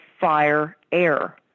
fire-air